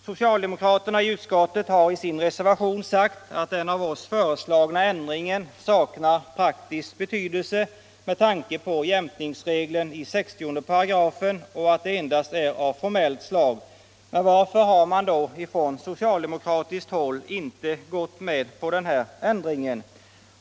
Socialdemokraterna i utskottet har i sin reservation sagt att den av oss föreslagna ändringen saknar praktisk betydelse med tanke på jämkningsregeln i 60 § och att ändringen endast är av formellt slag. Men varför har man då från socialdemokratiskt håll inte gått med på denna ändring?